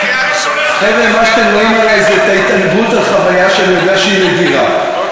מה שאתם רואים זה את ההתענגות על חוויה שאני יודע שהיא נדירה.